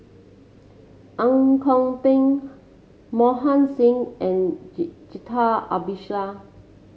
Ang Kok Peng Mohan Singh and Jacintha Abisheganaden